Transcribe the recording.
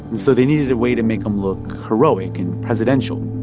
so they needed a way to make him look heroic and presidential.